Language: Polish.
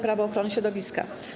Prawo ochrony środowiska.